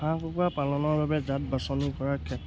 হাঁহ কুকুৰা পালনৰ বাবে জাত বাছনি কৰাৰ ক্ষেত্ৰত